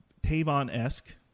Tavon-esque